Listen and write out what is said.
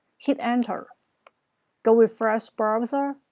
hit enter go refresh browser,